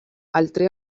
altri